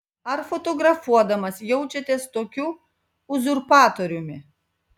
ar fotografuodamas jaučiatės tokiu uzurpatoriumi